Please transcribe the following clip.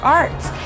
arts